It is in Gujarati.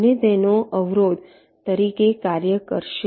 અને તેઓ અવરોધ તરીકે કાર્ય કરશે